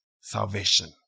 salvation